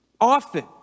often